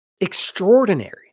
extraordinary